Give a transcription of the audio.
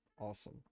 awesome